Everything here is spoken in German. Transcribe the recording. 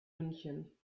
münchen